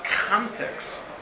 context